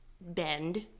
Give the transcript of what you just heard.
bend